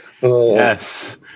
Yes